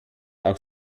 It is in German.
auch